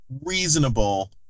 reasonable